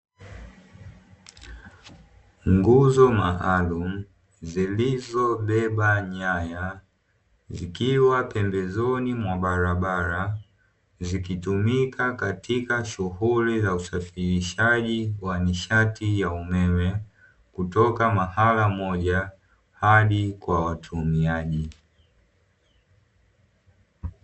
Nguzo maalumu zilizobeba nyaya, zikiwa pembezoni mwa barabara, zikitumika katika shughuli za usafirishaji wa nishati ya umeme kutoka mahala moja hadi kwa watumiaji.